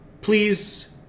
please